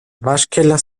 waschkeller